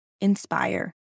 INSPIRE